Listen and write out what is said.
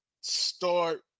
start